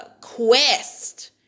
quest